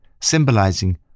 symbolizing